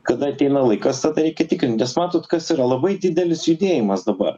kada ateina laikas tada reikia tikrint nes matot kas yra labai didelis judėjimas dabar